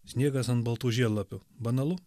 sniegas ant baltų žiedlapių banalu